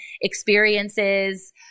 experiences